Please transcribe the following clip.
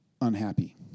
unhappy